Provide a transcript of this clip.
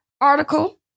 article